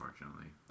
unfortunately